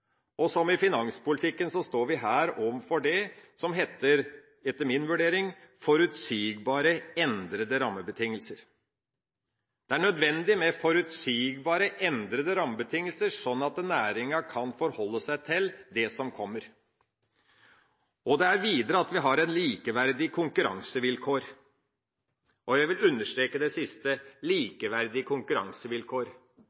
rammebetingelser. Som i finanspolitikken står vi her overfor det som etter min vurdering heter forutsigbare, endrede rammebetingelser. Det er nødvendig med forutsigbare, endrede rammebetingelser sånn at næringa kan forholde seg til det som kommer. Det er videre nødvendig at vi har likeverdige konkurransevilkår. Jeg vil understreke det siste: